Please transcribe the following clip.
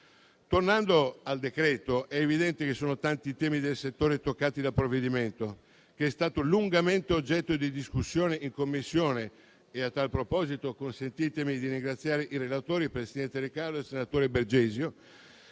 Tornando al decreto, è evidente che sono tanti i temi del settore toccati dal provvedimento, che è stato lungamente oggetto di discussione in Commissione. A tal proposito, consentitemi di ringraziare i relatori, il presidente De Carlo e il senatore Bergesio.